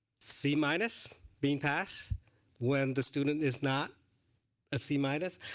c minus being passed when the student is not a c minus.